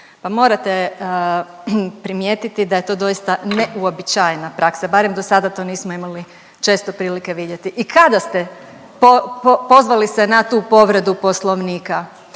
pa morate primijetiti da je to doista neuobičajena praksa barem do sada to nismo imali često prilike vidjeti i kada pozvali se na tu povredu Poslovnika.